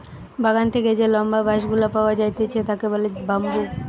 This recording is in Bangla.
বাগান থেকে যে লম্বা বাঁশ গুলা পাওয়া যাইতেছে তাকে বলে বাম্বু